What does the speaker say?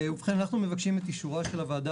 ובכן אנחנו מבקשים את אישורה של הוועדה